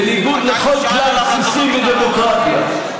בניגוד לכל כלל בסיסי בדמוקרטיה.